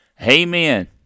Amen